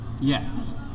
Yes